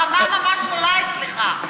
הבורות והשקר שלך,